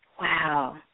Wow